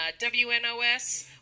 WNOS